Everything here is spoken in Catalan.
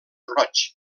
roig